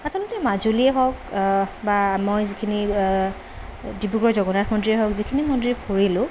আচলতে মাজুলিয়ে হওঁক বা মই যিখিনি ডিব্ৰুগড়ৰ জগন্নাথ মন্দিৰেই হওঁক যিখিনি মন্দিৰ ফুৰিলোঁ